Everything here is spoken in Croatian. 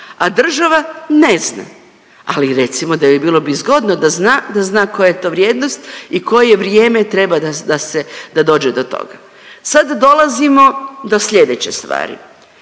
a država ne zna. Ali recimo da bi, bilo bi zgodno da zna, da zna koja je to vrijednost i koje vrijeme treba da se, da dođe do toga. Sada dolazimo do slijedeće stvari.